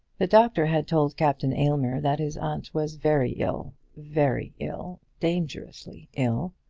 the doctor had told captain aylmer that his aunt was very ill very ill, dangerously ill.